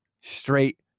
straight